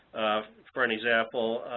for an example,